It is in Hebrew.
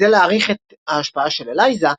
כדי להעריך את ההשפעה של אלייזה,